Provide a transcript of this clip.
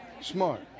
smart